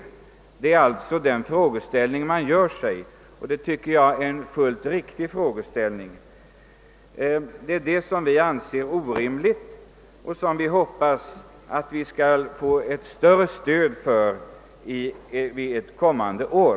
Det tycker jag är en fullt berättigad fråga. Vi anser alltså nuvarande ordning på detta område orimlig och vi hoppas att vi skall få ett bättre stöd för kravet om en ändring härvidlag ett kommande år.